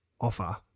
offer